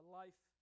life